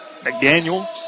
McDaniel